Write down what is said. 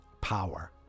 power